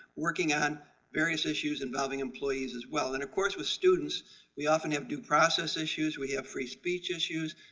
working on various issues involving employees as well. and, of course, with students we often have due process issues, we have free speech issues,